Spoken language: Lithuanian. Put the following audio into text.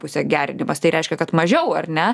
pusę gerinimas tai reiškia kad mažiau ar ne